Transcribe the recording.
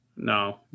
No